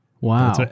Wow